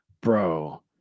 bro